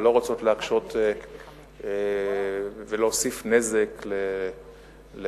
ולא רוצות להקשות ולהוסיף נזק לאנשים.